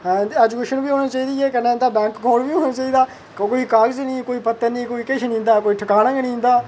education बी होनी चाहिदी ऐ कन्नै इंदा बैंक काऊंट बी होना चाहिदा कोई कागज निं कोई पत्तर निं कोई किश निं इंदा कोई ठकाना गै निं इंदा